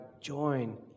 join